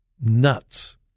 nuts